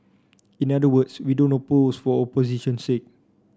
in other words we don't oppose for opposition's sake